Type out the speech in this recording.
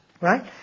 right